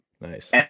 Nice